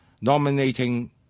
nominating